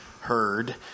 heard